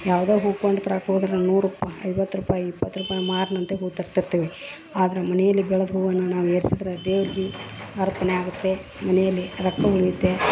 ಯಾವ್ದು ಹೂ ಕೊಂಡು ತರಾಕೆ ಹೋದ್ರ ನೂರು ರೂಪಾಯಿ ಐವತ್ತು ರೂಪಯಿ ಇಪ್ಪತ್ತು ರೂಪಾಯಿ ಮಾರ್ನಂತೆ ಹೂ ತರ ತರ್ತಿರ್ತೀವಿ ಆದ್ರ ಮನೆಯಲ್ಲಿ ಬೆಳದ ಹೂವನ್ನ ನಾವು ಏರ್ಸಿದ್ರ ದೇವ್ರ್ಗಿ ಅರ್ಪಣೆ ಆಗತ್ತೆ ಮನೆಯಲ್ಲಿ ರೊಕ್ಕ ಉಳಿಯತ್ತೆ